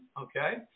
Okay